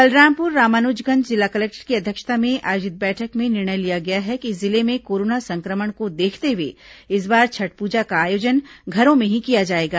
बलरामपुर रामानुजगंज जिला कलेक्टर की अध्यक्षता में आयोजित बैठक में निर्णय लिया गया है कि जिले में कोरोना संक्रमण को देखते हुए इस बार छठ पूजा का आयोजन घरों में ही किया जाएगा